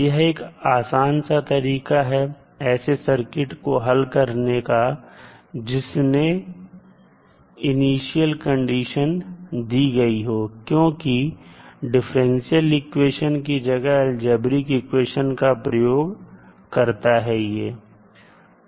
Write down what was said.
यह एक आसान सा तरीका है ऐसे सर्किट को हल करने का जिसने इनिशियल कंडीशन दी गई हो क्योंकि यह डिफरेंशियल इक्वेशन की जगह अलजेब्रिक इक्वेशन का प्रयोग करता है